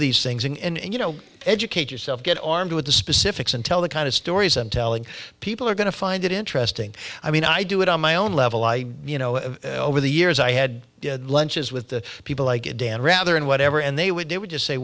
these things and you know educate yourself get armed with the specifics and tell the kind of stories i'm telling people are going to find it interesting i mean i do it on my own level i you know over the years i had lunches with people like dan rather and whatever and they would they would just say